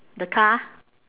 the car